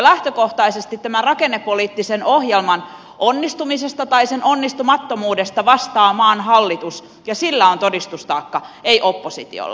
lähtökohtaisesti tämän rakennepoliittisen ohjelman onnistumisesta tai sen onnistumattomuudesta vastaa maan hallitus ja sillä on todistustaakka ei oppositiolla